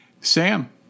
Sam